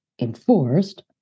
enforced